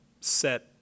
set